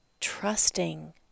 trusting